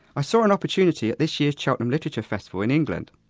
i saw an opportunity at this year's cheltenham literature festival in england.